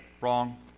wrong